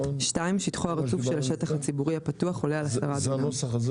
(2)שטחו הרצוף של השטח הציבורי הפתוח עולה על 10 דונם.